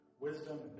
wisdom